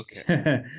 Okay